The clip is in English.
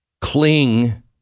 Cling